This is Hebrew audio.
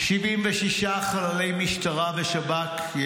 76 חללי משטרה ושב"כ,